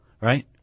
Right